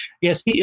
Yes